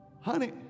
Honey